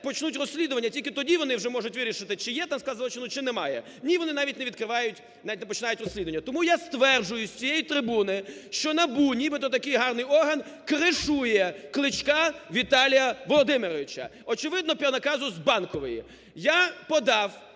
почнуть розслідування. Тільки тоді вони вже можуть вирішити, чи є там склад злочину, чи немає. Ні, вони навіть не відкривають, навіть не починають розслідування. Тому я стверджую з цієї трибуни, що НАБУ, нібито такий гарний орган, кришує Кличка Віталія Володимировича, очевидно, по наказу з Банкової. Я подав